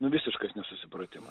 nu visiškas nesusipratimas